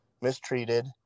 mistreated